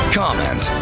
comment